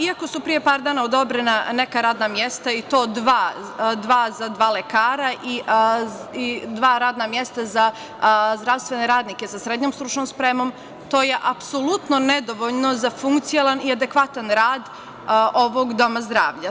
Iako su pre par dana odobrena neka radna mesta, i to dva, za dva lekara i dva radna mesta za zdravstvene radnike sa srednjom stručnom spremom, to je apsolutno nedovoljno za funkcionalan i adekvatan rad ovog doma zdravlja.